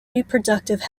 reproductive